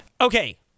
Okay